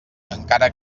encara